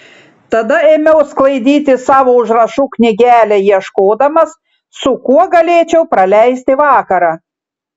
tada ėmiau sklaidyti savo užrašų knygelę ieškodamas su kuo galėčiau praleisti vakarą